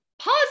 pause